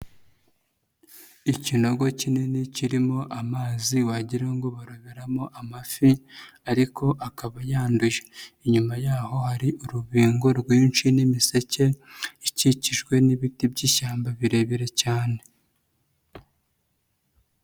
Ikinogo kinini kirimo amazi wagira ngo baroberamo amafi ariko akaba yanduje. Inyuma yaho hari urubingo rwinshi n'imiseke ikikijwe n'ibiti by'ishyamba birebire cyane.